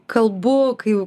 kalbu kai